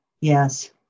Yes